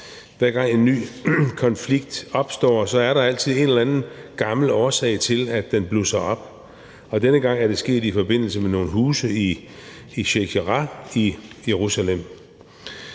Hver gang en ny konflikt opstår, er der altid en eller anden gammel årsag til, at den blusser op, og denne gang er det sket i forbindelse med nogle huse i Sheik Jarrah i Jerusalem.